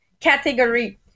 category